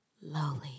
lowly